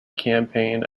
campaign